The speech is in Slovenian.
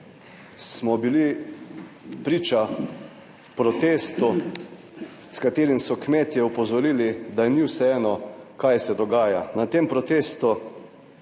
smo bili priča protestu s katerim so kmetje opozorili, da ji ni vseeno, kaj se dogaja. Na tem protestu